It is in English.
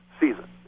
season